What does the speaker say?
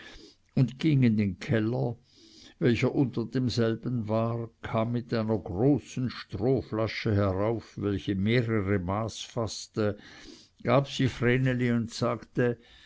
und ging in den keller welcher unter demselben war kam mit einer großen strohflasche herauf welche mehrere maß faßte gab sie vreneli und sagte